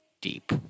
deep